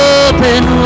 open